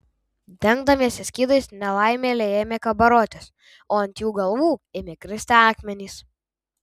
dengdamiesi skydais nelaimėliai ėmė kabarotis o ant jų galvų ėmė kristi akmenys